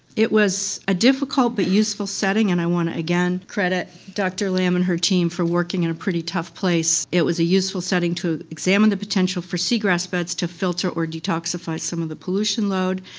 it was a difficult but useful setting, and i want to again credit dr lamb and her team for working in a pretty tough place. it was a useful setting to examine the potential for seagrass beds to filter or detoxify some of the pollution load.